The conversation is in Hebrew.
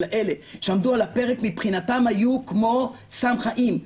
האלה שעמדו על הפרק מבחינתם היו כמו סם חיים,